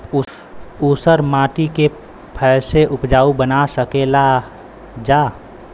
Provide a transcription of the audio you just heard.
ऊसर माटी के फैसे उपजाऊ बना सकेला जा?